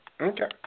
Okay